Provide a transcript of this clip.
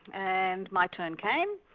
and my turn came.